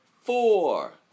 Four